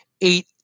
eight